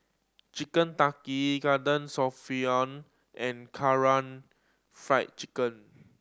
Chicken Tikka Garden and Kara Fried Chicken